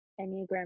enneagram